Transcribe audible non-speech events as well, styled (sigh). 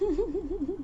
(laughs)